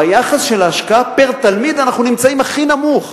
ביחס של ההשקעה פר-תלמיד אנחנו נמצאים הכי נמוך.